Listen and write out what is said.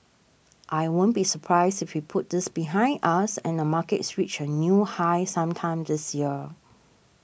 I won't be surprised if we put this behind us and the markets reach a new high sometime this year